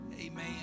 amen